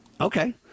Okay